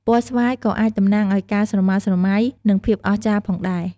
ពណ៌ស្វាយក៏អាចតំណាងឱ្យការស្រមើស្រមៃ និងភាពអស្ចារ្យផងដែរ។